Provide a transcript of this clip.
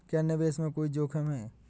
क्या निवेश में कोई जोखिम है?